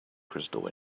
crystal